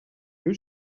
you